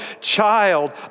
child